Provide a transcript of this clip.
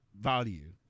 value